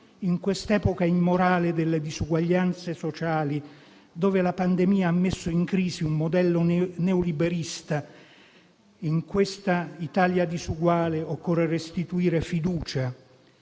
In quest'epoca immorale delle disuguaglianze sociali, dove la pandemia ha messo in crisi un modello neoliberista, in questa Italia disuguale occorre restituire fiducia,